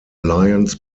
lions